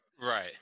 right